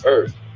Earth